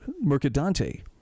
Mercadante